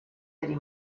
eddie